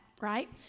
right